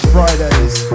Fridays